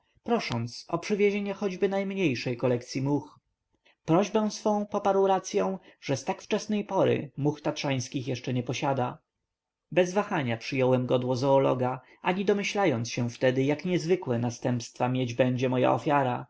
prosząc o przywiezienie choćby najmniejszej kolekcyi much prośbę swą poparł racyą ze z tak wczesnej pory much tatrzańskich jeszcze nie posiada bez wahania przyjąłem godło zoologa ani domyślając się wtedy jak niezwykłe następstwa mieć będzie moja ofiara